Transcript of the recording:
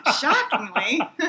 Shockingly